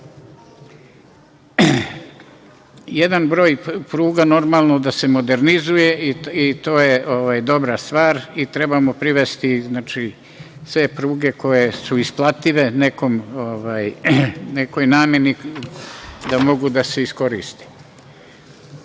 Jedan broj pruga, normalno je da se modernizuje i to je dobra stvar i trebamo privesti sve pruge koje su isplative nekoj nameni, da mogu da se iskoriste. Skrenuo